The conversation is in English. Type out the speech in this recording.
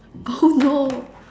oh no